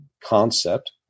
concept